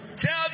Tell